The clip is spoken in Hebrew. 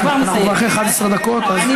כבר אחרי 11 דקות, אז משפט סיכום.